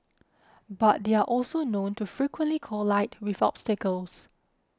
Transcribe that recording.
but they are also known to frequently collide with obstacles